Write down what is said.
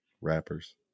Rappers